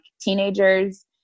teenagers